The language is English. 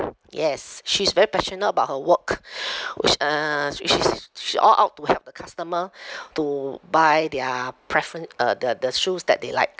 yes she's very passionate about her work which uh s~ s~ sh~ she all out to help the customer to buy their preferen~ uh the the shoes that they like